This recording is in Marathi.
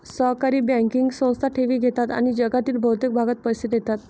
सहकारी बँकिंग संस्था ठेवी घेतात आणि जगातील बहुतेक भागात पैसे देतात